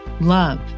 love